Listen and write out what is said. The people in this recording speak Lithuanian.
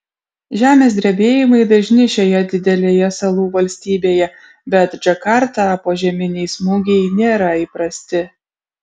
žemės drebėjimai dažni šioje didelėje salų valstybėje bet džakartą požeminiai smūgiai nėra įprasti